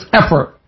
effort